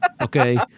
Okay